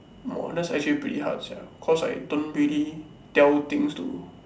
oh that's actually pretty hard sia cause I don't really tell things to do